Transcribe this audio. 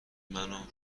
منو